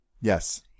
Yes